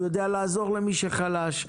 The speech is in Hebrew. והוא יודע לעזור למי שחלש,